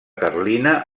carlina